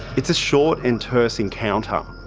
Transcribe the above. it's a short and terse encounter.